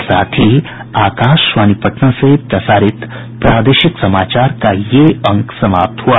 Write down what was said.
इसके साथ ही आकाशवाणी पटना से प्रसारित प्रादेशिक समाचार का ये अंक समाप्त हुआ